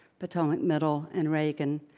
potomac middle and reagan.